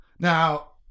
Now